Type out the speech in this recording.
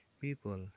people